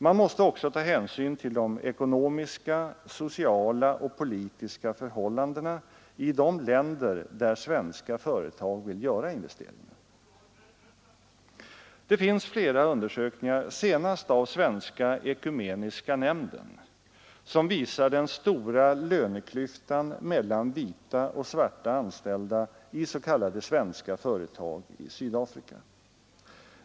Man måste också ta hänsyn till de ekonomiska, sociala och politiska förhållandena i de länder där svenska företag vill göra investeringar. Det finns flera undersökningar, senast av Svenska ekumeniska nämnden, som visar den stora löneklyftan mellan vita och svarta anställda i s.k. svenska företag i Sydafrika.